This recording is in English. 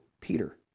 Peter